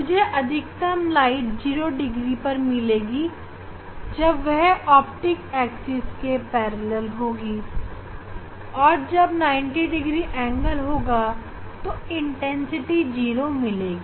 मुझे अधिकतम प्रकाश 0 डिग्री पर मिलेगी जब वह ऑप्टिक एक्सिस के समांतर होगी और जब 90 डिग्री कोण होगा तब तीव्रता 0 मिलेगी